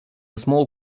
small